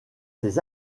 ses